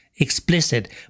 Explicit